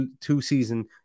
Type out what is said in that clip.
two-season